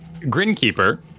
Grinkeeper